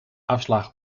afslag